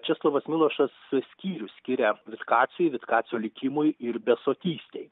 česlovas milošas skyrių skiria vitkaciui vitkacio likimui ir besotystei